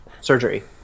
surgery